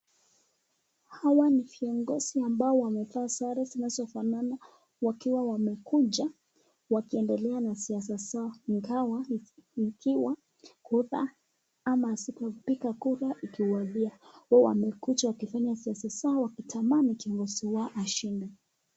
Hawa ni viongozi ambao wamevaa sare zinazofanana wakiwa wamekuja na siasa zao ingawa ikiwa ikuta ama sikupika kura ikiwajia.